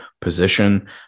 position